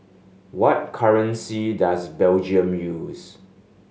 what currency does Belgium use